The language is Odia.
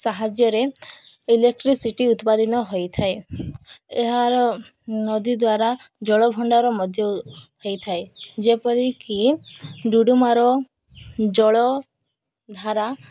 ସାହାଯ୍ୟରେ ଇଲେକ୍ଟ୍ରିସିଟି ଉତ୍ପାଦନ ହୋଇଥାଏ ଏହାର ନଦୀ ଦ୍ୱାରା ଜଳଭଣ୍ଡାର ମଧ୍ୟ ହେଇଥାଏ ଯେପରିକି ଡୁଡୁମାର ଜଳଧାରା